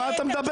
על מה אתה מדבר?